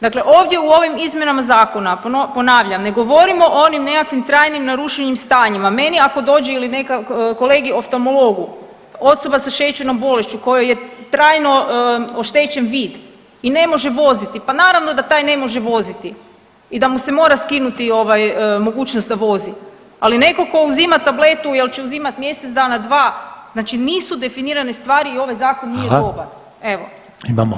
Dakle ovdje u ovim izmjenama zakona, ponavljam, ne govorimo o onim nekakvim trajnim narušenim stanjima, meni ako dođe ili nekom kolegi oftalmologu osoba sa šećernom bolešću kojoj je trajno oštećen vid i ne može voziti, pa naravno da taj ne može voziti i da mu se mora skinuti ovaj mogućnost da vozi, ali neko ko uzima tabletu jel će uzimat mjesec dana dva, znači nisu definirane stvari i ovaj zakon nije dobar, evo.